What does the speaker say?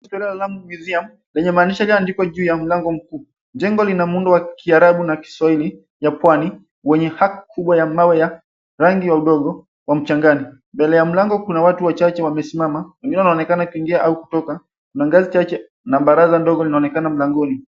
Jengo la Lamu Museum lenye maandishi yalioandikwa juu ya mlango mkuu. Jego lina muundo wa kiarabu na kiswahili ya pwani wenye hati kubwa ya mawe ya rangi ya udongo wa mchangani mbele ya mlango kuna watu wachache wamesimama wengine wanaonekana wakiingia au kutoka kuna ngazi chache na baraza ndogo linaonekana mlangoni.